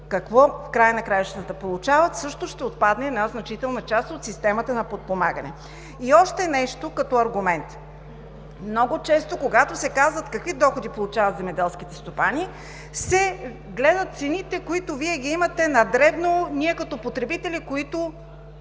какво в края на краищата получават, също ще отпаднат част от системата на подпомагане. И още нещо като аргумент. Много често, когато се казва какви доходи получават земеделските стопани, се гледат цените, които Вие ги имате на дребно, тоест ние, като потребители,